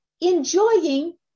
Enjoying